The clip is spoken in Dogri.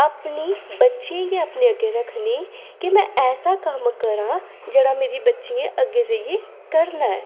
अपने बच्चें गी अपने अग्गें रक्खनी कि में ऐसा कम्म करां जेह्ड़ा मेरी बच्चियें अग्गें जाइयै करना ऐ